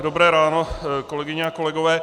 Dobré ráno, kolegyně a kolegové.